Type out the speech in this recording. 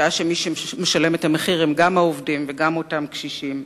שעה שמי שנעשק הם גם העובדים וגם אותם קשישים.